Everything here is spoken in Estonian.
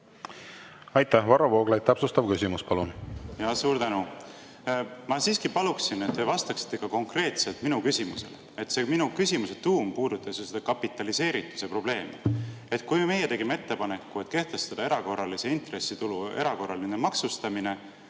Aitäh! Varro Vooglaid, täpsustav küsimus, palun!